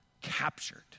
captured